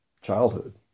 childhood